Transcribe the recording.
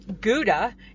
Gouda